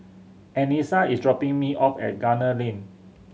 Anissa is dropping me off at Gunner Lane